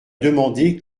demandé